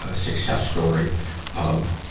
ah success story of, ah,